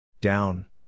Down